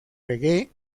reggae